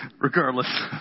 regardless